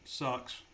sucks